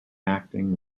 acting